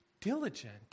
diligent